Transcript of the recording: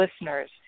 listeners